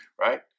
right